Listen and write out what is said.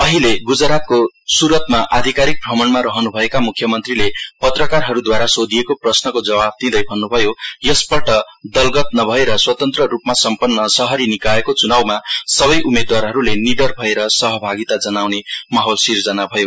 अहिले गुजरातको सुरतमा आधिकारिक भ्रमणमा रहनुभएका मुख्यमन्त्रीले पत्रकारहरूद्वारा सोधिएको प्रश्नको जवाफ दिँदै भन्नुभयो यसपल्ट दलगत नभएर स्वतन्त्र रूपमा सम्पन्न शहरी निकायको चुनाउमा सबै उम्मेद्वारहरूले निडर भएर सहभागिता जनाउने माहोल सिर्जना भयो